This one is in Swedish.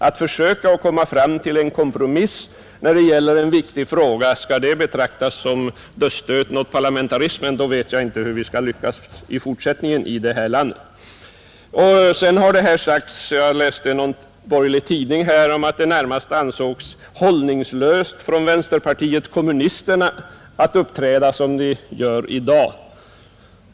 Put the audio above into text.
Att försöka komma fram till en kompromiss i en viktig fråga — skall det betraktas som dödsstöten mot parlamentarismen, då vet jag inte hur vi skall lyckas här i landet i fortsättningen. Jag läste i någon borgerlig tidning att det ansågs närmast hållningslöst av vänsterpartiet kommunisterna att uppträda som partiet gör i dag.